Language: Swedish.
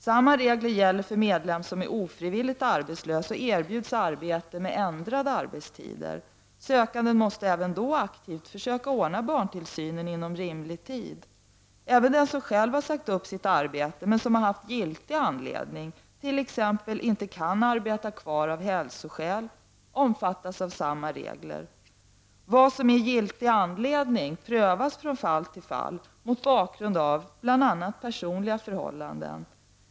Samma regler gäller för medlem som är ofrivilligt arbetslös och erbjuds arbete med ändrade arbetstider. Sökanden måste även då aktivt försöka ordna barntillsynen inom rimlig tid. Även den som själv har sagt upp sitt arbete men som haft giltig anledning, t.ex. inte kan arbeta kvar av hälsoskäl, omfattas av samma regler. Vad som är giltig anledning prövas från fall till fall mot bakgrund av bl.a. personliga förhållanden.